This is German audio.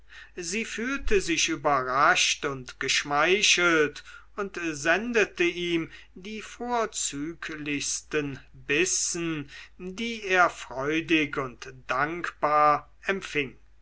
sie fühlte sich überrascht und geschmeichelt und sendete ihm die vorzüglichsten bissen die er freudig und dankbar empfing